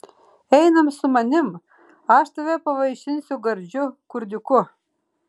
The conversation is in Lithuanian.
einam su manim aš tave pavaišinsiu gardžiu kurdiuku